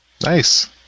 Nice